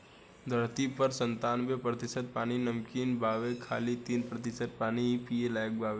धरती पर पर संतानबे प्रतिशत पानी नमकीन बावे खाली तीन प्रतिशत पानी ही पिए लायक बावे